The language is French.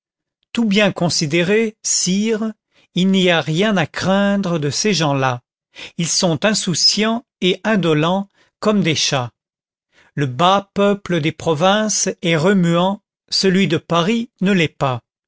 tout bien considéré sire il n'y a rien à craindre de ces gens-là ils sont insouciants et indolents comme des chats le bas peuple des provinces est remuant celui de paris ne l'est pas